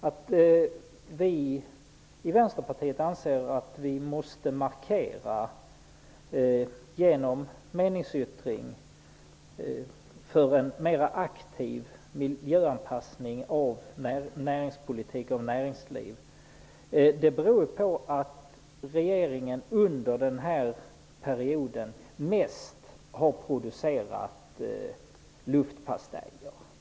Att vi i Vänsterpartiet anser att vi genom en meningsyttring måste göra en markering för en mer aktiv miljöanpassning av näringspolitik och näringsliv beror på att regeringen under den här perioden mest har producerat luftpastejer.